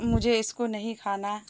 مجھے اس کو نہیں کھانا